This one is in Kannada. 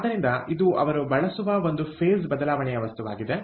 ಆದ್ದರಿಂದ ಇದು ಅವರು ಬಳಸುವ ಒಂದು ಫೇಸ್ ಬದಲಾವಣೆಯ ವಸ್ತುವಾಗಿದೆ